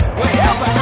wherever